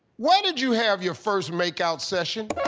where did you have your first make-out session?